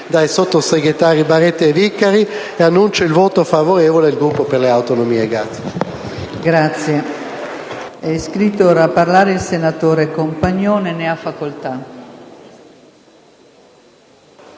dai sottosegretari Baretta e Vicari, e annuncio il voto favorevole del Gruppo per le Autonomie.